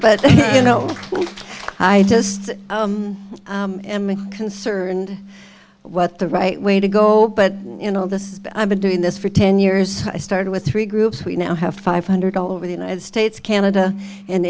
just concerned what the right way to go but you know this i've been doing this for ten years i started with three groups we now have five hundred all over the united states canada and